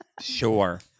Sure